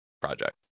project